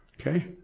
Okay